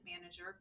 manager